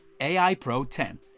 AIPRO10